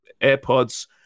airpods